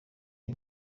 uyu